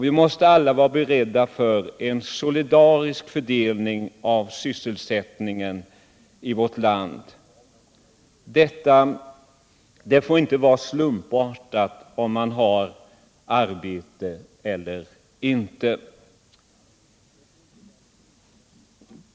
Vi måste alla vara beredda till en solidarisk fördelning av sysselsättningen i landet. Det får inte vara någon slump om man har arbete eller inte.